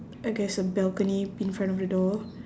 I guess a balcony in front of the door